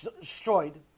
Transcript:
destroyed